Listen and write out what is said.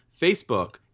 Facebook